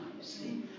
see